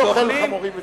מי אוכל חמורים וסוסים?